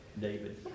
David